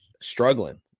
struggling